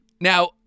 Now